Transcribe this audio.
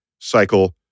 Cycle